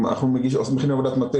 אנחנו מכינים עבודת מטה,